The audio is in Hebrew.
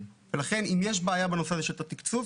לכן אם יש בעיה בנושא הזה של תת תקצוב,